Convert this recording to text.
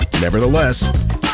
Nevertheless